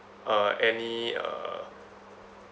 uh any uh